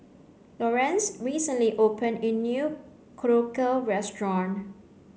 Lorenz recently open a new Korokke restaurant